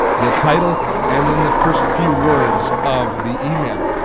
the title and then the first few words of the email.